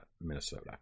Minnesota